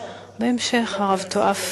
בהמשך נאבק הרב טואף